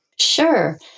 Sure